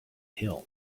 hill